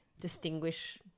distinguish